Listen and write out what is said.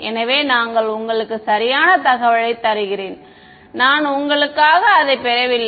எனவே நான் உங்களுக்கு சரியான தகவலைத் தருகிறேன் நான் உங்களுக்காக அதைப் பெறவில்லை